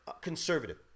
conservative